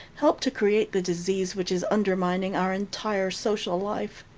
help to create the disease which is undermining our entire social life.